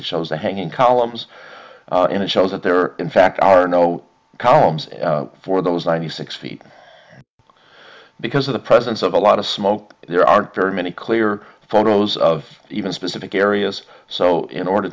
it shows the hanging columns and it shows that there are in fact are no columns for those ninety six feet because of the presence of a lot of smoke there aren't very many clear photos of even specific areas so in order